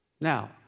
Now